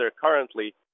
currently